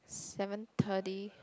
seven thirty